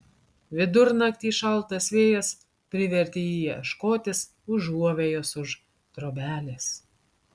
vidurnaktį šaltas vėjas privertė jį ieškotis užuovėjos už trobelės